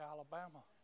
Alabama